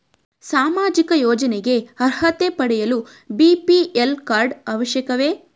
ಸಾಮಾಜಿಕ ಯೋಜನೆಗೆ ಅರ್ಹತೆ ಪಡೆಯಲು ಬಿ.ಪಿ.ಎಲ್ ಕಾರ್ಡ್ ಅವಶ್ಯಕವೇ?